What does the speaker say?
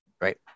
right